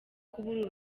kubura